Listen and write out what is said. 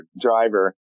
driver